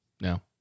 No